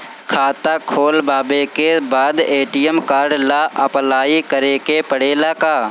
खाता खोलबाबे के बाद ए.टी.एम कार्ड ला अपलाई करे के पड़ेले का?